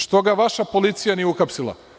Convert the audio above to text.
Što ga vaša policija nije uhapsila?